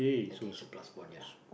I think it's a plus point ya